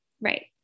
Right